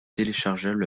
téléchargeable